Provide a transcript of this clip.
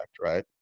right